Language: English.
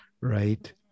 right